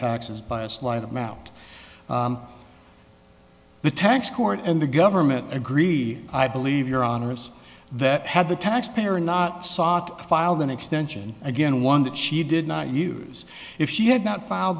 taxes by a slight amount the tax court and the government agree i believe your honour's that had the taxpayer not sought filed an extension again one that she did not use if she had not file